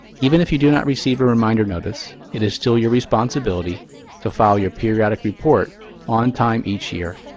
even if you do not receive a reminder notice, it is still your responsibility to file your periodic report on time each year.